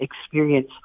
experience